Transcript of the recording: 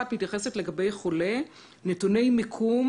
"פרטי מידע דרושים" (1)לגבי חולה: נתוני מיקום